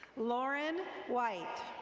lauren white.